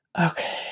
Okay